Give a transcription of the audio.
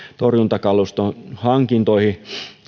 torjuntakalustohankintoihin